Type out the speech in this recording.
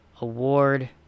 award